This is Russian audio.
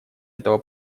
этого